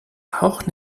auch